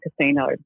Casino